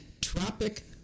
Tropic